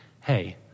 Hey